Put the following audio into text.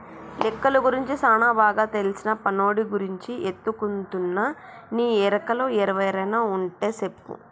లెక్కలు గురించి సానా బాగా తెల్సిన పనోడి గురించి ఎతుకుతున్నా నీ ఎరుకలో ఎవరైనా వుంటే సెప్పు